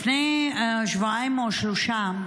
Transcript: לפני שבועיים או שלושה,